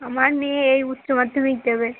আমার মেয়ে এই উচ্চ মাধ্যমিক দেবে